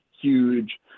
huge